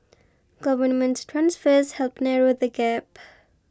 government transfers help narrow the gap